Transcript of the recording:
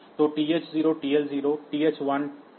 तो TH0 TL0 TH1 और TL1